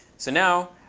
so, now,